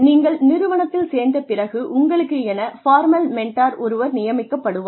நீங்கள் நிறுவனத்தில் சேர்ந்த பிறகு உங்களுக்கென ஃபார்மல் மென்டார் ஒருவர் நியமிக்கப்படுவார்